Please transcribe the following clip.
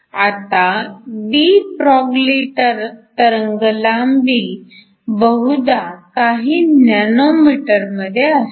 आता de Broglie तरंगलांबी बहुधा काही नॅनोमीटर मध्ये असते